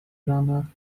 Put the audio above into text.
ranach